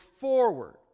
forward